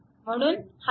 म्हणून हा लूप आहे